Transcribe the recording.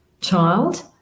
child